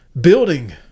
Building